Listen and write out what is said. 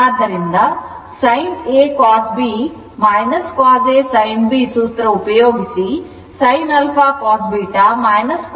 ಆದ್ದರಿಂದ sin a cos b cos a sin b ಸೂತ್ರ ಉಪಯೋಗಿಸಿ sinα cos β cos α sin β ಎಂದು ಬರೆಯಬಹುದು